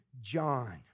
John